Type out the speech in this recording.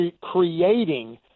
creating –